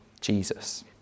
Jesus